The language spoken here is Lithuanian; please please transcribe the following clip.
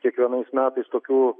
kiekvienais metais tokių